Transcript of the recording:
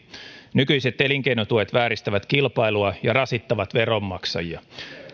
nykyiset elinkeinotuet vääristävät kilpailua ja rasittavat veronmaksajia